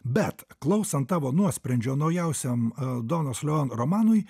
bet klausant tavo nuosprendžio naujausiam donos leon romanui